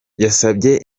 yasabye